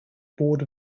board